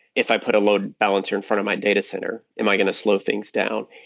if i put a load balancer in front of my data center, am i going to slow things down?